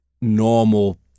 normal